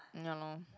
ya lor